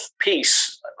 peace